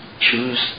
Choose